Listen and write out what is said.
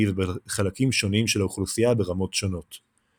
ובחלקים שונים של האוכלוסייה ברמות שונות.